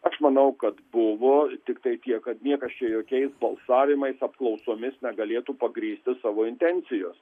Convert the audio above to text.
aš manau kad buvo tiktai tiek kad niekas čia jokiais balsavimais apklausomis negalėtų pagrįsti savo intencijos